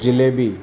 jalebi